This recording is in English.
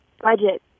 budget